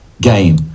game